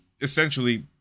essentially